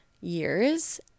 years